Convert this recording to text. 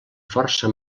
força